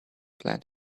plan